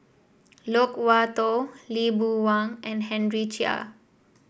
Loke Wan Tho Lee Boon Wang and Henry Chia